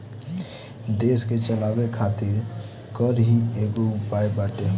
देस के चलावे खातिर कर ही एगो उपाय बाटे